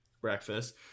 breakfast